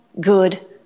good